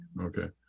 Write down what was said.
Okay